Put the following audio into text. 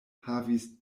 havis